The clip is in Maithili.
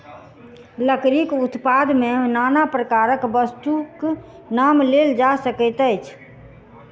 लकड़ीक उत्पाद मे नाना प्रकारक वस्तुक नाम लेल जा सकैत अछि